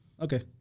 Okay